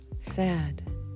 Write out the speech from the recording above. sad